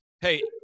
hey